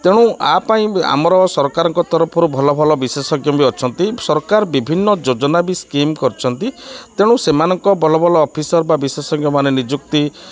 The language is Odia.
ତେଣୁ ଆମର ସରକାରଙ୍କ ତରଫରୁ ଭଲ ଭଲ ବିଶେଷଜ୍ଞ ବି ଅଛନ୍ତି ସରକାର ବିଭିନ୍ନ ଯୋଜନା ବି ସ୍କିମ୍ କରିଛନ୍ତି ତେଣୁ ସେମାନଙ୍କ ଭଲ ଭଲ ଅଫିସର୍ ବା ବିଶେଷଜ୍ଞ ମାନେ ନିଯୁକ୍ତି